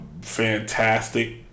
Fantastic